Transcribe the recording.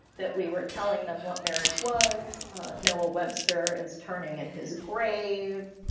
that we were telling them what marriage was noah webster is turning in his grave.